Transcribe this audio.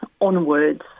onwards